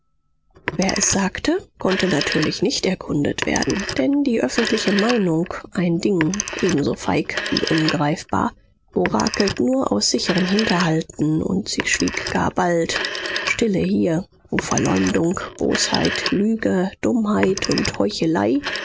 wer es sagte konnte natürlich nicht erkundet werden denn die öffentliche meinung ein ding ebenso feig wie ungreifbar orakelt nur aus sicheren hinterhalten und sie schwieg gar bald stille hier wo verleumdung bosheit lüge dummheit und heuchelei